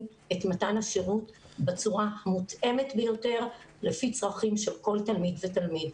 את מתן השירות בצורה המותאמת ביותר לפי צרכים של כל תלמיד ותלמיד.